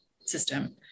system